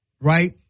right